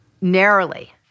Narrowly